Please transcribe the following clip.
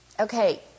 Okay